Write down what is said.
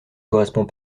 correspond